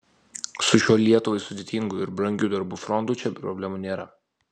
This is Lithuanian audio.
su šiuo lietuvai sudėtingu ir brangiu darbų frontu čia problemų nėra